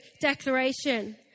declaration